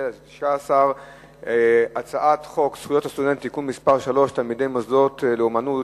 הצעת חוק זכויות הסטודנט (תיקון מס' 3) (תלמידי מוסדות לאמנות),